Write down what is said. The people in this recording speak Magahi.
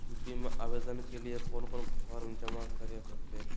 बीमा आवेदन के लिए कोन कोन फॉर्म जमा करें होते